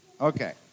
Okay